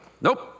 nope